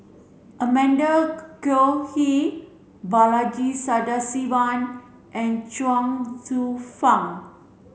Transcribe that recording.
Amanda Koe Lee Balaji Sadasivan and Chuang Hsueh Fang